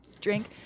drink